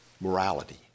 morality